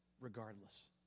regardless